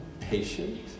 patient